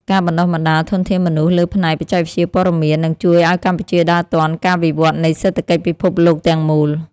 ការបណ្តុះបណ្តាលធនធានមនុស្សលើផ្នែកបច្ចេកវិទ្យាព័ត៌មាននឹងជួយឱ្យកម្ពុជាដើរទាន់ការវិវត្តនៃសេដ្ឋកិច្ចពិភពលោកទាំងមូល។